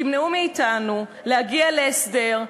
תמנעו מאתנו להגיע להסדר,